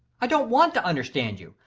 i don't want to understand you.